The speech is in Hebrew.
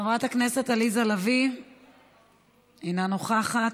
חברת הכנסת עליזה לביא, אינה נוכחת.